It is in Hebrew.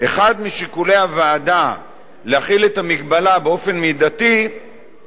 אחד משיקולי הוועדה להחיל את המגבלה באופן מידתי הוא